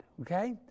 okay